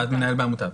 ועד מנהל בעמותה.